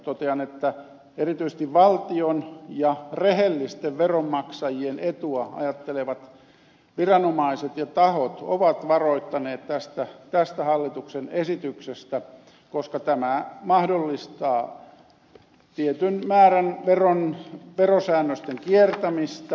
totean että erityisesti valtion ja rehellisten veronmaksajien etua ajattelevat viranomaiset ja tahot ovat varoittaneet tästä hallituksen esityksestä koska tämä mahdollistaa tietyn määrän verosäännösten kiertämistä